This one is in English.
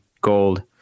gold